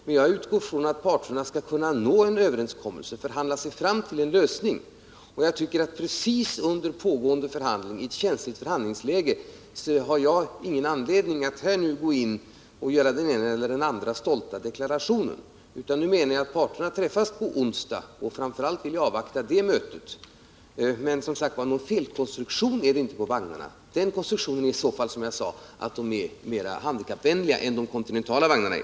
Men jag utgår från att parterna skall kunna nå en överenskommelse, förhandla sig fram till en lösning. Under pågående förhandlingar, kanske i ett känsligt läge, har jag ingen anledning att själv gå in och göra den ena eller den andra stolta deklarationen. Nu skall parterna träffas på onsdag, och jag vill framför allt avvakta det mötet. Någon felkonstruktion är det som sagt inte på vagnarna. Konstruktionen innebär att de är mera handikappvänliga än de kontinentala vagnarna är.